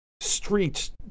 streets